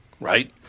Right